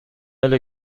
эле